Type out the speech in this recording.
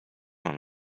mam